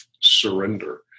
surrender